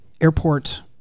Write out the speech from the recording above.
airport